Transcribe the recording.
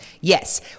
Yes